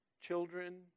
children